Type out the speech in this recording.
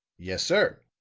yes, sir.